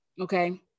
Okay